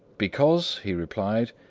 because, he replied,